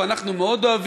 החבר'ה מ"איילים"